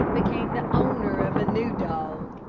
became the owner of a new dog.